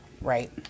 Right